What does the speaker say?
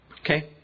Okay